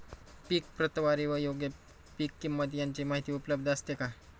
पीक प्रतवारी व योग्य पीक किंमत यांची माहिती उपलब्ध असते का?